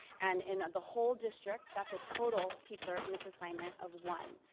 and in the whole district, that's a total teacher misassignment of one,